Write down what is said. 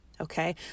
Okay